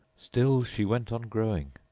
still she went on growing,